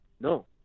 No